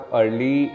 early